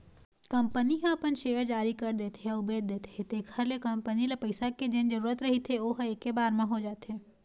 company ह अपन share जारी कर देथे अउ बेच देथे तेखर ले कंपनी ल पइसा के जेन जरुरत रहिथे ओहा ऐके बार म हो जाथे